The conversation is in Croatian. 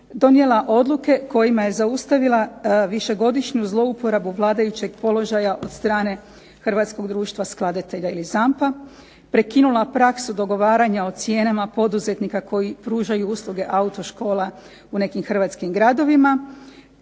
donijela odluke kojima je zaustavila višegodišnju zlouporabu vladajućeg položaja od strane Hrvatskog društva skladatelja ili ZAMP-a, prekinula praksu dogovaranja o cijenama poduzetnika koji pružaju usluge auto-škola u nekim hrvatskim gradovima,